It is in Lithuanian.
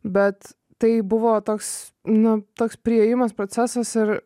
bet tai buvo toks nu toks priėjimas procesas ir